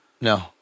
No